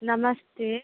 नमस्ते